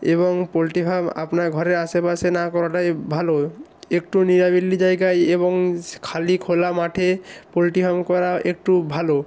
এবং poultry farm আপনার ঘরের আশেপাশে না করাটাই ভালো একটু নিরাবিলি জায়গায় এবং সে খালি খোলা মাঠে পোল্ট্রি ফার্ম করা একটু ভালো